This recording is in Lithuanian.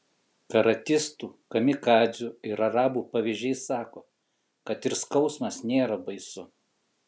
karatistų kamikadzių ir arabų pavyzdžiai sako kad ir skausmas nėra baisu